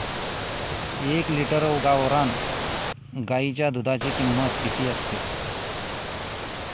एक लिटर गावरान गाईच्या दुधाची किंमत किती असते?